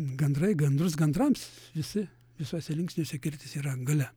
gandrai gandrus gandrams visi visose linksniuose kirtis yra gale